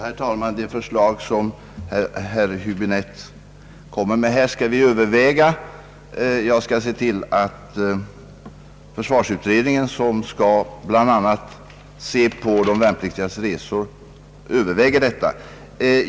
Herr talman! Det förslag som herr Häbinette kommer med här skall vi överväga. Jag skall ordna så att försvarsutredningen, som bl.a. skall se till de värnpliktigas resor, överväger detta.